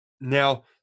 Now –